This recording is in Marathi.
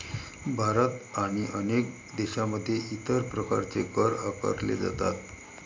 भारत आणि अनेक देशांमध्ये इतर प्रकारचे कर आकारले जातात